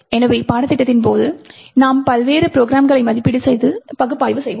எனவே பாடத்திட்டத்தின் போது நாம் பல்வேறு ப்ரோக்ராம்களை மதிப்பீடு செய்து பகுப்பாய்வு செய்வோம்